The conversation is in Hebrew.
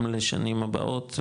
גם לשנים הבאות,